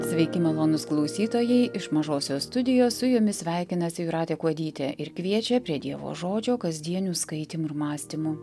sveiki malonūs klausytojai iš mažosios studijos su jumis sveikinasi jūratė kuodytė ir kviečia prie dievo žodžio kasdienių skaitymų ir mąstymų